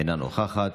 אינה נוכחת,